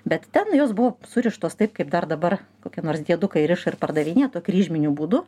bet ten jos buvo surištos taip kaip dar dabar kokie nors diedukai riša ir pardavinėja tuo kryžminiu būdu